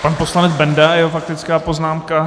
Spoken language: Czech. Pan poslanec Benda a jeho faktická poznámka.